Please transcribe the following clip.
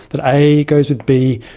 that a goes with b,